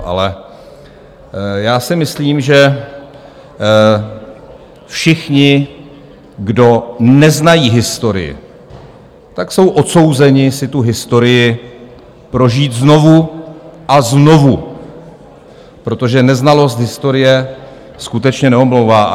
Ale já si myslím, že všichni, kdo neznají historii, tak jsou odsouzeni si tu historii prožít znovu a znovu, protože neznalost historie skutečně neomlouvá.